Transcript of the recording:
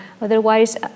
otherwise